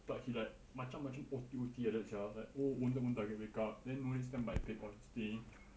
but he like macam macam O_T_O_T like that sia like own time own target wake up then morning standby bed stead